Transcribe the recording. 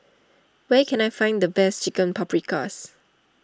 where can I find the best Chicken Paprikas